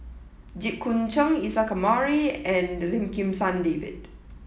Jit Koon Ch'ng Isa Kamari and Lim Kim San David